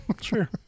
sure